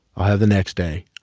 i'll have the next day